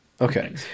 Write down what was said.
Okay